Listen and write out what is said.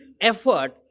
effort